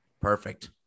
perfect